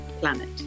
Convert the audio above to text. planet